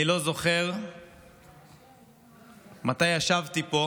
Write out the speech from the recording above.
אני לא זוכר מתי ישבתי פה